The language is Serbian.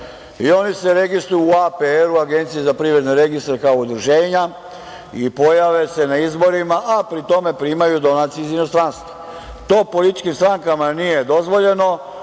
i oni se registruju u APR-u, Agenciji za privredne registre kao udruženja i pojave se na izborima, a pri tome primaju donacije iz inostranstva. To političkim strankama nije dozvoljeno,